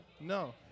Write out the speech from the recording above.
No